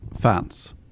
fans